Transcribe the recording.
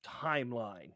timeline